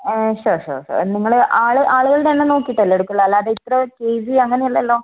ആ ശേഷം ഉള്ളൂ നിങ്ങൾ ആൾ ആളുകളുടെ എണ്ണം നോക്കിയിട്ടല്ലേ എടുക്കുള്ളൂ അല്ലാതെ ഇത്ര കെ ജി അങ്ങനെ ഒന്നും അല്ലല്ലോ